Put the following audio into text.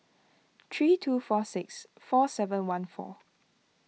three two four six four seven one four